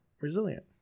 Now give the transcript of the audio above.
resilient